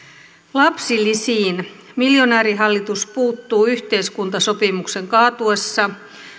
lapsilisiin miljonäärihallitus puuttuu yhteiskuntasopimuksen kaatuessa